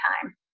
time